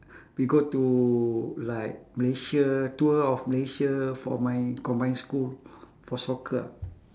we go to like malaysia tour of malaysia for my combined school for soccer ah